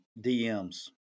DMs